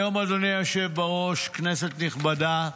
היום, אדוני היושב בראש, כנסת נכבדה,